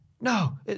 No